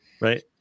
Right